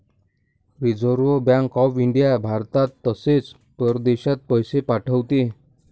reserve Bank of India भारतात तसेच परदेशात पैसे पाठवते